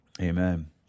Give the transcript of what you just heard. Amen